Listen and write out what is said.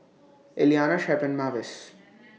Iliana Shep and Mavis